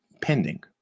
pending